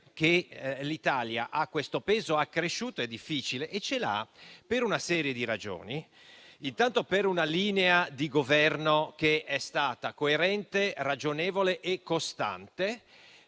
che l'Italia abbia questo peso accresciuto è difficile. E se lo ha è per una serie di ragioni: intanto, per una linea di Governo che è stata coerente, ragionevole e costante